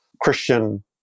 Christian